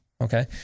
okay